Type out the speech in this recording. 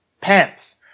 pants